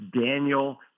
Daniel